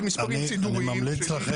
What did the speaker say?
זה מספרים סידוריים שלי.